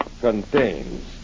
contains